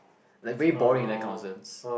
like very boring that kind of nonsense